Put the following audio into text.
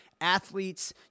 athletes